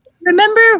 remember